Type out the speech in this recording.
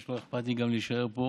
לא אכפת לי גם להישאר פה